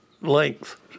length